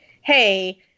Hey